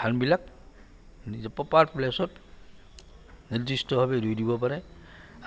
ধানবিলাক নিজে পপাৰ প্লেছত নিৰ্দিষ্টভাৱে ৰুই দিব পাৰে